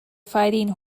fighting